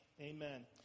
Amen